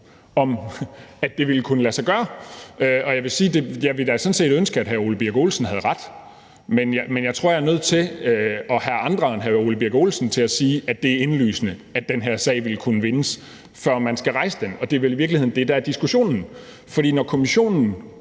om, at det vil kunne lade sig gøre, og jeg vil sige, at jeg da sådan set ville ønske, at hr. Ole Birk Olesen havde ret, men jeg tror, jeg er nødt til at have andre end hr. Ole Birk Olesen til at sige, at det er indlysende, at den her sag vil kunne vindes, før man skal rejse den, og det er vel i virkeligheden det, der er diskussionen. Når Kommissionen,